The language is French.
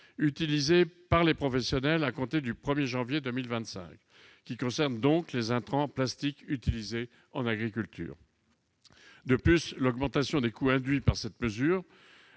utilisés par les professionnels à compter du 1janvier 2025, qui concerne donc les intrants plastiques utilisés en agriculture. De plus, l'augmentation des coûts induite par cette mesure